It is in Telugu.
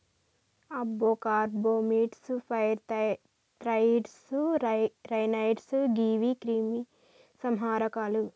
అబ్బో కార్బమీట్స్, ఫైర్ థ్రాయిడ్స్, ర్యానాయిడ్స్ గీవి క్రిమి సంహారకాలు